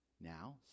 Now